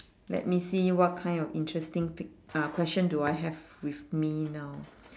let me see what kind of interesting pic~ uh question do I have with me now